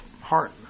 heart